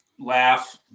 laugh